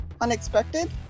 Unexpected